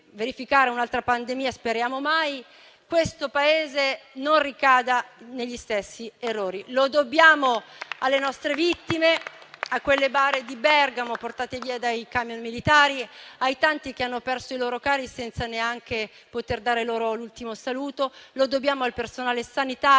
un'altra pandemia, speriamo mai, questo Paese non ricada negli stessi errori. Lo dobbiamo alle nostre vittime, a quelle bare di Bergamo portate via dai camion militari, ai tanti che hanno perso i loro cari senza neanche poter dare loro l'ultimo saluto. Lo dobbiamo al personale sanitario,